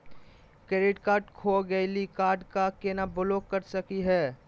Credit card खो गैली, card क केना ब्लॉक कर सकली हे?